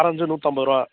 orange நூற்றம்பது ரூபா